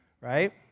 right